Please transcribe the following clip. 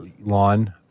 lawn